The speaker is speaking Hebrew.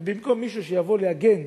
ובמקום מישהו שיבוא להגן,